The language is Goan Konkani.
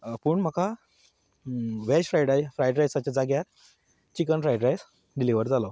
पूण म्हाका वॅज फ्रायड ड्राय फ्रायड ड्रायसाच्या जाग्यार चिकन फ्रायड रायस डिलीवर जालो